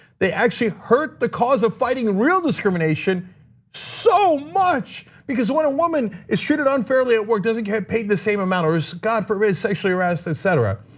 they actually hurt the cause of fighting real discrimination so much. because when a woman is treated unfairly at work, doesn't get paid the same amount or is, god forbid, sexually harassed, etc.